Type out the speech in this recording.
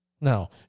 Now